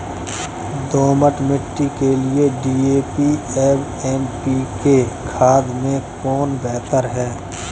दोमट मिट्टी के लिए डी.ए.पी एवं एन.पी.के खाद में कौन बेहतर है?